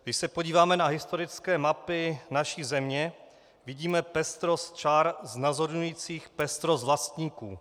Když se podíváme na historické mapy naší země, vidíme pestrost čar znázorňujících pestrost vlastníků.